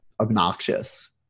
obnoxious